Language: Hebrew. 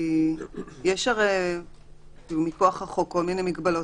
כי יש הרי מכוח החוק כל מיני מגבלות